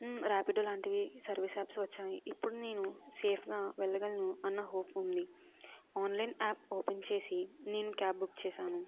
రాపిడోలాంటివి service apps వచ్చాయి ఇప్పుడు నేను సేఫ్గా వెళ్ళగలను అన్న హోప్ ఉంది ఆన్లైన్ యాప్ ఓపెన్ చేసి నేను క్యాబ్ బుక్ చేశాను